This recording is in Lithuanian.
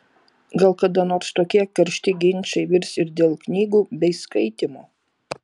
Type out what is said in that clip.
gal kada nors tokie karšti ginčai virs ir dėl knygų bei skaitymo